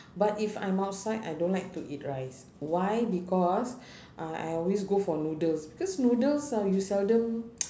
but if I'm outside I don't like to eat rice why because I I always go for noodles because noodles ah you seldom